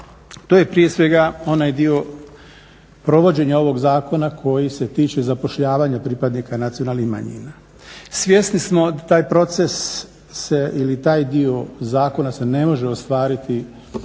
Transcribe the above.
to je prije svega onaj dio provođenja ovog zakona koji se tiče zapošljavanja pripadnika nacionalnih manjina. Svjesni smo da taj proces se ili taj dio zakona se ne može ostvariti preko